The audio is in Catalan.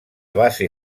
base